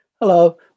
Hello